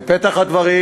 בפתח הדברים,